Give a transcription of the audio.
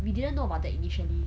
we didn't know about that initially